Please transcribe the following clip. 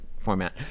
format